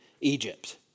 Egypt